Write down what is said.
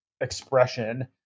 expression